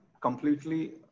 completely